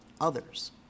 others